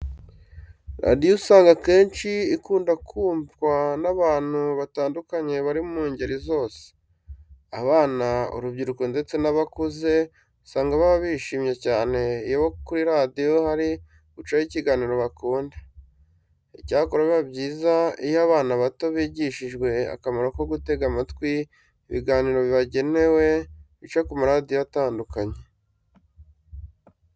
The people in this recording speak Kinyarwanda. Radiyo usanga akenshi ikunda kumvwa n'abantu batandukanye bari mu ngeri zose. Abana, urubyiruko ndetse n'abakuze usanga baba bishimye cyane iyo kuri radiyo hari gucaho ikiganiro bakunda. Icyakora biba byiza iyo abana bato bigishijwe akamaro ko gutega amatwi ibiganiro bibagenewe bica ku maradiyo atandukanye.